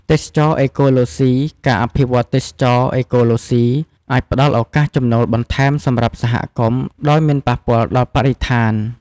ទេសចរណ៍អេកូឡូស៊ី ការអភិវឌ្ឍន៍ទេសចរណ៍អេកូឡូស៊ី អាចផ្តល់ឱកាសចំណូលបន្ថែមសម្រាប់សហគមន៍ ដោយមិនប៉ះពាល់ដល់បរិស្ថាន។